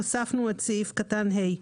הוספנו את סעיף קטן (ה).